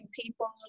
people